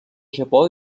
japó